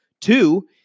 Two